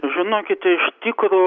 žinokite iš tikro